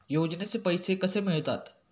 योजनेचे पैसे कसे मिळतात?